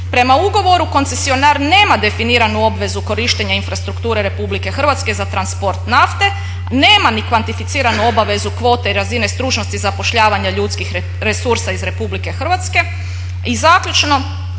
Prema ugovoru koncesionar nema definiranu obvezu korištenja infrastrukture Republike Hrvatske za transport nafte, nema ni kvantificiranu obavezu kvote i razine stručnosti zapošljavanja ljudskih resursa iz Republike Hrvatske i zaključno,